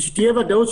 שתהיה ודאות,